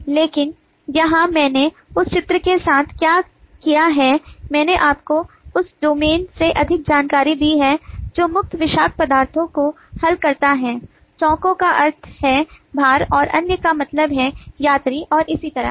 लेकिन यहाँ मैंने उस चित्र के साथ क्या किया है मैंने आपको उस डोमेन से अधिक जानकारी दी है जो मुख्य विषाक्त पदार्थों को हल करता है चौकों का अर्थ है भार और अन्य का मतलब है यात्रि और इस तरह